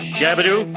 Shabadoo